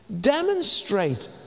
Demonstrate